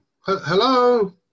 Hello